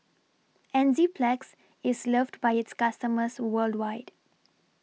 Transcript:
Enzyplex IS loved By its customers worldwide